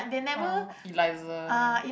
uh Elisha